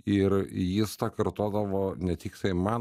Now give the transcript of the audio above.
ir jis tą kartodavo ne tiktai man